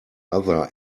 other